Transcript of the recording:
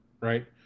right